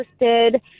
interested